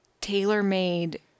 tailor-made